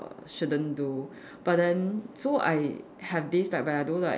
shouldn't do but then so I have this like where I do like